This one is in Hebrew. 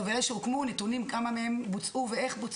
אלה שהוקמו, נתונים כמה מהם בוצעו ואיך בוצעו.